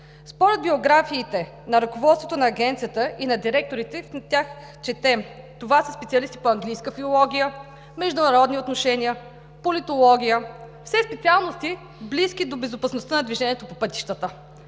Според биографиите на ръководството на Агенцията и на директорите, в тях четем, че това са специалисти по английска филология, международни отношения, политология – все специалности, близки до безопасността на движението по пътищата.